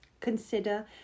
Consider